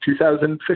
2015